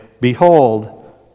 Behold